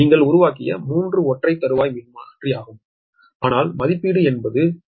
நீங்கள் உருவாக்கிய 3 ஒற்றை தறுவாய் மின்மாற்றி ஆகும் ஆனால் மதிப்பீடு என்பது ஒரு யூனிட்டுக்கு 0